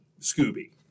Scooby